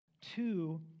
two